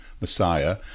Messiah